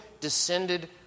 descended